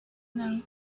know